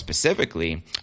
specifically